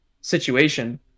situation